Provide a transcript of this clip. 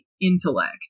intellect